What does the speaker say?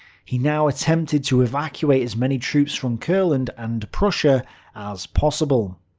he now attempted to evacuate as many troops from courland and prussia as possible.